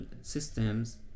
systems